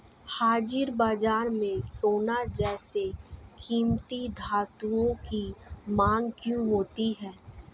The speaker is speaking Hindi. हाजिर बाजार में सोना जैसे कीमती धातुओं की मांग क्यों होती है